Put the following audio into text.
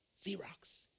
Xerox